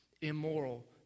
immoral